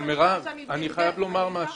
מירב, אני חייב לומר משהו.